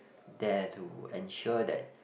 there to ensure that